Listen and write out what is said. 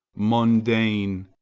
mundane,